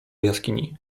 jaskini